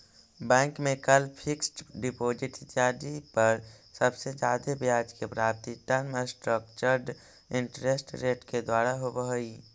bank में कैल fixed deposit इत्यादि पर सबसे जादे ब्याज के प्राप्ति टर्म स्ट्रक्चर्ड इंटरेस्ट रेट के द्वारा होवऽ हई